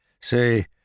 Say